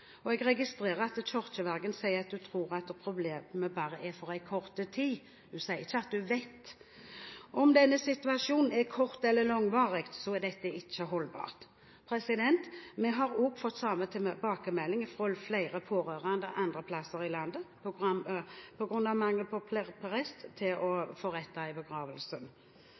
og organist til hver seremoni. Jeg registrerer at kirkevergen sier at hun tror at problemet bare er for en kort tid, hun sier ikke at hun vet. Om denne situasjonen er kort eller langvarig, så er det ikke holdbart. Vi har også fått samme tilbakemelding fra flere pårørende andre steder i landet på grunn av mangel på prest til å forrette